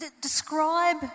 Describe